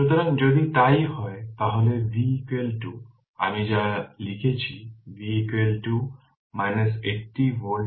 সুতরাং যদি তাই হয় তাহলে V আমি যা লিখেছি V পাবে 80 ভোল্ট